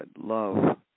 love